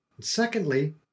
Secondly